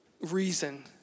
reason